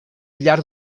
llar